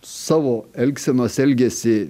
savo elgsenos elgiasi